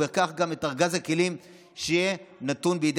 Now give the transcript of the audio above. ובכך גם את ארגז הכלים שיהיה נתון בידי